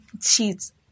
cheats